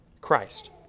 Christ